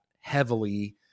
heavily